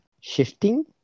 Shifting